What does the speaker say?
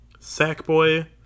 Sackboy